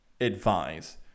advise